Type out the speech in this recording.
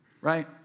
Right